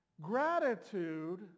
Gratitude